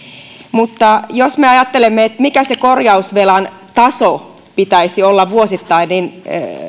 mutta jos me ajattelemme mikä sen korjausvelan tason pitäisi olla vuosittain niin